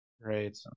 Right